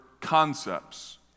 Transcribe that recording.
concepts